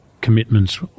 commitments